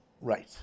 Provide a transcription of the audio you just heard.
Right